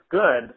good